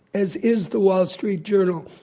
as is the wall street journal.